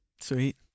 Sweet